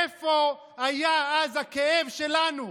איפה היה אז הכאב שלנו?